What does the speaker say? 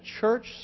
church